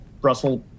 Brussels